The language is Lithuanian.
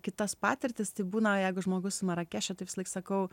kitas patirtis tai būna jeigu žmogus marakeše tai visąlaik sakau